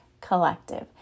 collective